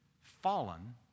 fallen